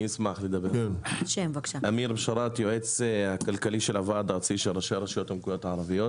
אני היועץ הכלכלי של הוועד הארצי של ראשי הרשויות המקומיות הערביות.